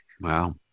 Wow